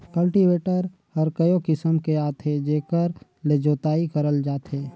cultivator हर कयो किसम के आथे जेकर ले जोतई करल जाथे